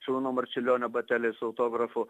šarūno marčiulionio bateliai su autografu